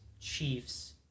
Chiefs